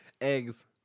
eggs